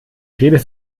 redet